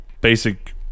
basic